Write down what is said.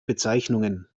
bezeichnungen